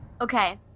Okay